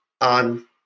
on